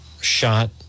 Shot